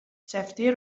safety